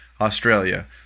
Australia